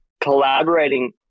collaborating